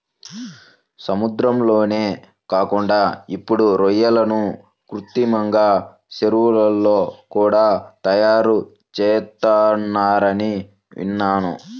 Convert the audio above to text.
సముద్రాల్లోనే కాకుండా ఇప్పుడు రొయ్యలను కృత్రిమంగా చెరువుల్లో కూడా తయారుచేత్తన్నారని విన్నాను